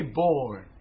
born